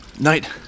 Night